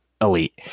elite